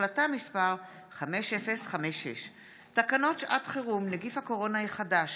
מאת חברת הכנסת מרב מיכאלי,